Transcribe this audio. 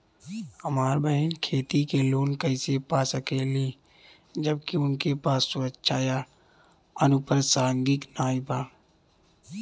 हमार बहिन खेती के लोन कईसे पा सकेली जबकि उनके पास सुरक्षा या अनुपरसांगिक नाई बा?